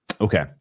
Okay